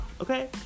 okay